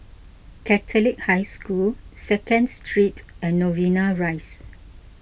Catholic High School Second Street and Novena Rise